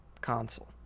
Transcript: console